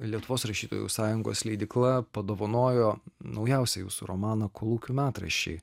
lietuvos rašytojų sąjungos leidykla padovanojo naujausią jūsų romaną kolūkių metraščiai